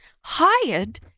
hired